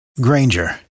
Granger